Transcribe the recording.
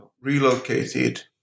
relocated